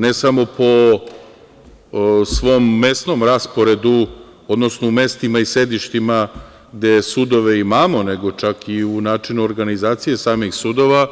Ne samo po svom mesnom rasporedu, odnosno u mestima i sedištima gde sudove imamo, nego čak i u načinu organizacije samih sudova